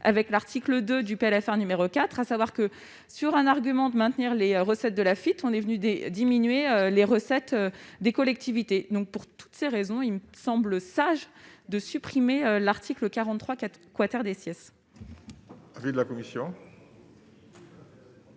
avec l'article 2 du PLFR numéro 4, à savoir que sur un argument de maintenir les recettes de la fuite, on est venu des diminuer les recettes des collectivités donc pour toutes ces raisons, il me semble sage, de supprimer l'article 43 4 quater des siècles.